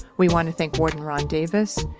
we want to tank warden ron davis,